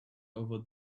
over